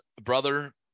brother